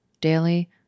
daily